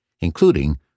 including